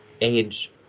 age